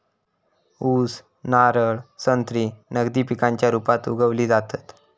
ऊस, नारळ, संत्री नगदी पिकांच्या रुपात उगवली जातत